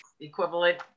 equivalent